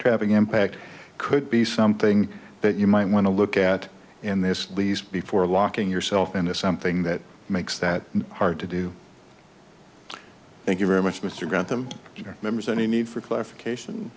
having impact could be something that you might want to look at in this least before locking yourself into something that makes that hard to do thank you very much mr grant them your members any need for clarification